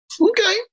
Okay